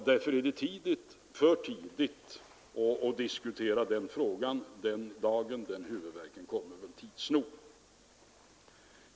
Därför är det för tidigt att diskutera den frågan nu. Den dagen och den huvudvärken kommer väl tids nog.